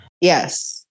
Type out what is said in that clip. Yes